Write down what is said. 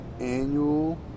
annual